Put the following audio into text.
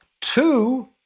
two